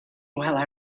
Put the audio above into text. while